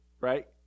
right